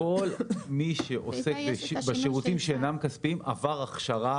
כל מי שעוסק בשירותים שאינם כספיים עבר הכשרה